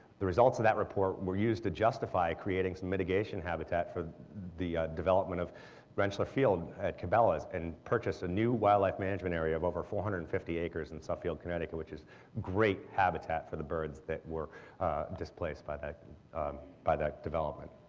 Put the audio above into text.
the results of that report were used to justify creating some mitigation habitat for the development of rentschler field and cabela's and purchase a new wildlife management area of over four hundred and fifty acres in suffield, connecticut, which is great habitat for the birds that were displaced by that development.